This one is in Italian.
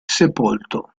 sepolto